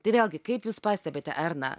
tai vėlgi kaip jūs pastebite erna